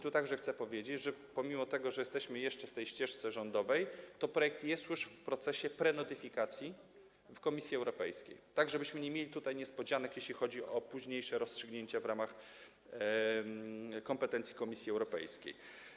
Tu także chcę powiedzieć, że pomimo tego, że jesteśmy jeszcze na etapie ścieżki rządowej, projekt jest już w procesie prenotyfikacji w Komisji Europejskiej, tak żebyśmy nie mieli tutaj niespodzianek, jeśli chodzi o późniejsze rozstrzygnięcia w ramach kompetencji Komisji Europejskiej.